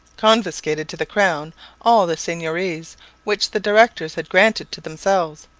confiscated to the crown all the seigneuries which the directors had granted to themselves,